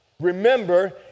Remember